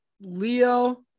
Leo